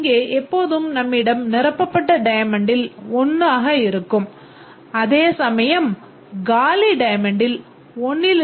இங்கே எப்போதும் நம்மிடம் நிரப்பப்பட்ட டயமண்டில் 1 ஆக இருக்கும் அதே சமயம் காலி டயமண்டில் 1